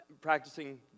Practicing